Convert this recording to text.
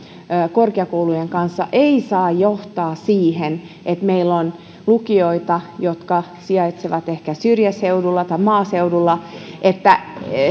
korkeakoulujen kanssa ei saa johtaa siihen että meillä on lukioita jotka sijaitsevat ehkä syrjäseudulla tai maaseudulla ja